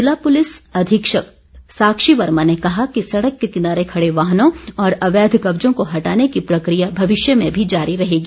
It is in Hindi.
जिला पुलिस अधीक्षक साक्षी वर्मा ने कहा कि सड़क के किनारे खड़े वाहनों और अवैध कब्जों को हटाने की प्रक्रिया भविष्य में भी जारी रहेगी